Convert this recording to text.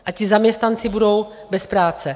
A ti zaměstnanci budou bez práce.